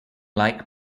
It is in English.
like